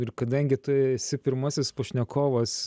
ir kadangi tu esi pirmasis pašnekovas